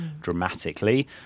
dramatically